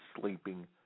sleeping